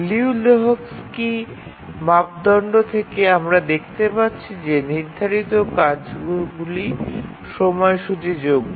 Liu লেহোকস্কির মাপদণ্ড থেকে আমরা দেখতে পাচ্ছি যে নির্ধারিত কার্যগুলি সময়সূচীযোগ্য